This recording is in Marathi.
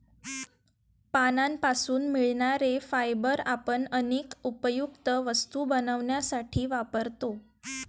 पानांपासून मिळणारे फायबर आपण अनेक उपयुक्त वस्तू बनवण्यासाठी वापरतो